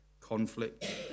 conflict